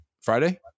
Friday